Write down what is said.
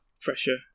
pressure